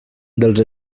dels